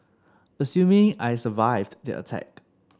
assuming I survived the attack